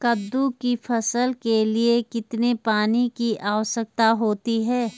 कद्दू की फसल के लिए कितने पानी की आवश्यकता होती है?